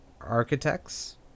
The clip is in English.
architects